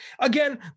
again